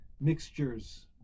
mixtures